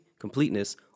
completeness